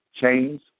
chains